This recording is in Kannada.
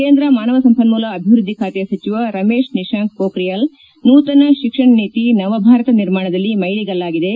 ಕೇಂದ್ರ ಮಾನವ ಸಂಪನ್ಮೂಲ ಅಭಿವೃದ್ಧಿ ಖಾತೆ ಸಚಿವ ರಮೇಶ್ ನಿಶಾಂಕ್ ಮೋಖ್ರಿಯಾಲ್ ನೂತನ ಶಿಕ್ಷಣ ನೀತಿ ನವಭಾರತ ನಿರ್ಮಾಣದಲ್ಲಿ ಮೈಲಿಗಲ್ಲಾಗಿದೆ